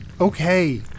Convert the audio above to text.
Okay